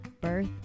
birth